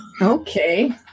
Okay